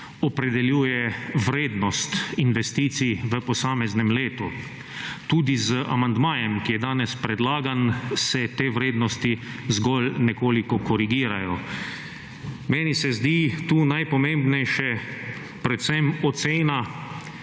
opredeljuje vrednost investicij v posameznem letu. Tudi z amandmajem, ki je danes predlagan, se te vrednosti zgolj nekoliko korigirajo. Meni se zdi tu najpomembnejše predvsem ocena